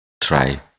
try